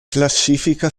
classifica